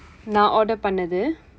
நான்:naan order பண்ணது:pannathu